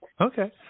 Okay